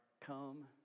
come